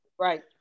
Right